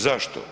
Zašto?